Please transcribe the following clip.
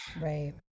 Right